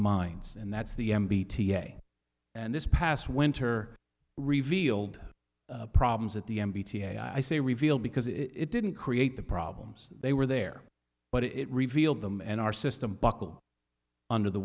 minds and that's the m b today and this past winter revealed problems at the n p t i say reveal because it didn't create the problems they were there but it revealed them and our system buckle under the